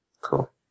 Cool